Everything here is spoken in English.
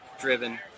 driven